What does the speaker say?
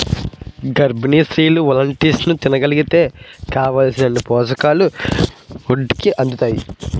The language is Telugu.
గర్భిణీ స్త్రీలు వాల్నట్స్ని తినగలిగితే కావాలిసిన పోషకాలు ఒంటికి అందుతాయి